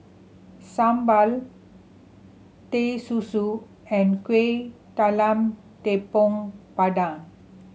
Sambal Teh Susu and Kuih Talam Tepong Pandan